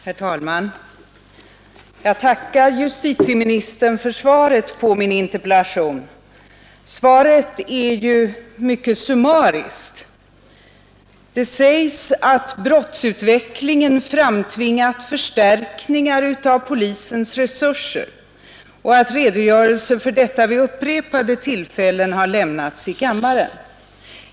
Herr talman! Jag tackar justitieministern för svaret på min interpellation. Svaret är ju mycket summariskt. Det sägs att brottsutvecklingen framtvingat förstärkningar av polisens resurser och att redogörelser för detta vid upprepade tillfällen har lämnats i kammaren.